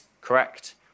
correct